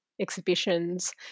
exhibitions